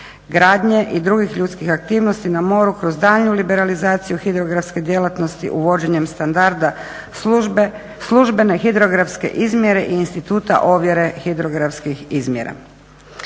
gradnje i drugih ljudskih aktivnosti na moru kroz daljnju liberalizaciju hidrografske djelatnosti uvođenjem standarda službene hidrografske izmjere i instituta ovjere hidrografskih izmjera.